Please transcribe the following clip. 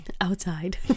Outside